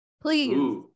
please